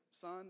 Son